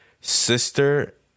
sister